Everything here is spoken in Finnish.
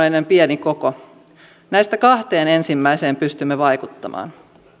ja kotimarkkinoiden pieni koko näistä kahteen ensimmäiseen pystymme vaikuttamaan